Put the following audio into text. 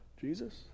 Jesus